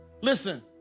Listen